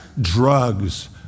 drugs